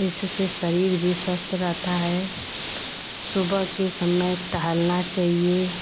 इससे शरीर भी स्वस्थ रहता है सुबह के समय टहलना चाहिए